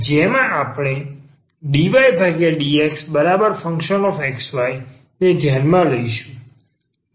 જેમાં આપણે dydxFxyને ધ્યાનમાં લઈશું